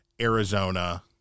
Arizona